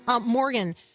Morgan